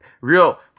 Real